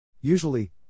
Usually